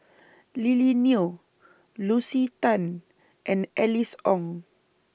Lily Neo Lucy Tan and Alice Ong